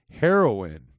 heroin